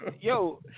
yo